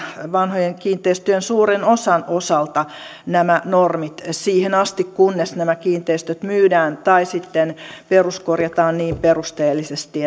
vanhojen kiinteistöjen suuren osan osalta nämä normit siihen asti kunnes nämä kiinteistöt myydään tai sitten peruskorjataan niin perusteellisesti